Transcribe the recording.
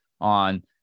on